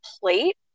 plate